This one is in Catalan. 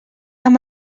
amb